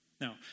Now